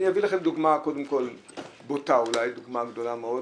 אני אביא לכם דוגמה, בוטה אולי, דוגמה גדולה מאוד.